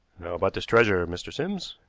about this treasure, mr. sims?